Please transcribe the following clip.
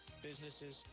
businesses